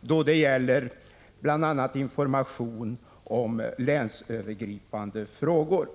då det gäller bl.a. information om länsövergripande frågor.